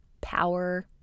power